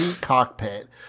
cockpit